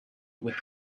with